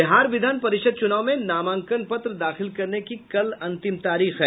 बिहार विधान परिषद चुनाव में नामांकन पत्र दाखिल करने की कल अंतिम तारीख है